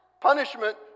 Punishment